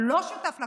שלא שותף לקואליציה,